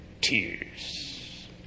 tears